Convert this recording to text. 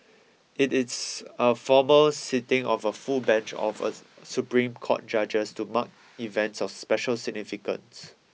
it is a formal sitting of a full bench of a Supreme Court judges to mark events of special significance